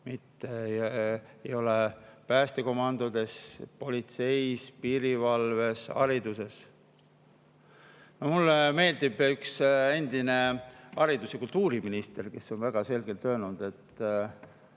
– nad ei ole päästekomandodes, politseis, piirivalves, hariduses. Mulle meeldib üks endine haridus‑ ja kultuuriminister, kes on väga selgelt öelnud, et